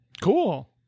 Cool